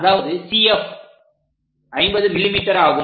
அதாவது CF 50 mm ஆகும்